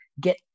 get